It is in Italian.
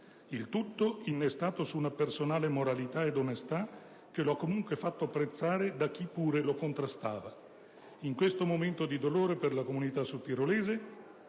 Il tutto innestato su una personale moralità ed onestà che lo ha comunque fatto apprezzare da chi, pure, lo contrastava. In questo momento di dolore per la comunità sudtirolese